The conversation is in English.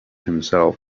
himself